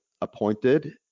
appointed